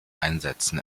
einsätzen